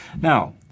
Now